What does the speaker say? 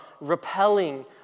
repelling